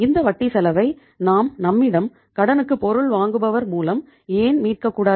இந்த வட்டி செலவை நாம் நம்மிடம் கடனுக்கு பொருள் வாங்குபவர் மூலம் ஏன் மீட்க கூடாது